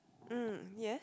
mm yes